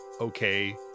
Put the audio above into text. okay